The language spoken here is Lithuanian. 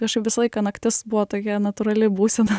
kažkaip visą laiką naktis buvo tokia natūrali būsena